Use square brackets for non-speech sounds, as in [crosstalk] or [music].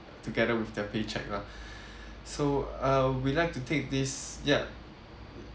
together with their paycheck lah [breath] so uh we'll like to take this yup